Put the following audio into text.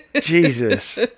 Jesus